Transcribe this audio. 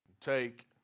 Take